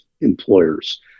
employers